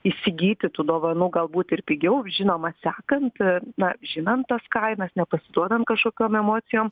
įsigyti tų dovanų galbūt ir pigiau žinoma sekant na žinant tas kainas nepasiduodant kažkokiom emocijom